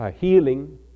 healing